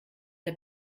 der